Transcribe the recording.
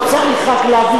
צריך לעשות.